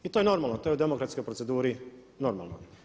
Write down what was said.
I to je normalno, to je u demokratskoj proceduri normalno.